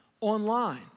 online